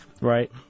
right